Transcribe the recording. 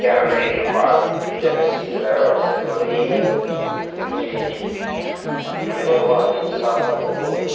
کیا میری بات ٹیکسی ڈرائیور سے ہو رہی ہے جی جی میرے والد صاحب کو